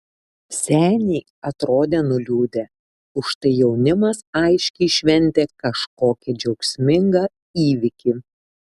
seniai atrodė nuliūdę užtai jaunimas aiškiai šventė kažkokį džiaugsmingą įvykį